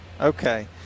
Okay